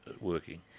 working